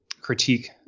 critique